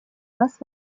нас